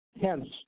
hence